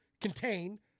contain